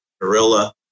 Gorilla